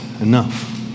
enough